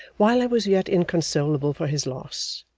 while i was yet inconsolable for his loss,